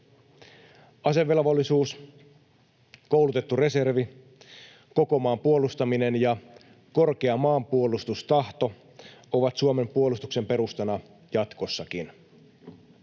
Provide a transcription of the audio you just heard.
Asevelvollisuus, koulutettu reservi, koko maan puolustaminen ja korkea maanpuolustustahto ovat Suomen puolustuksen perustana jatkossakin.